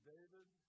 David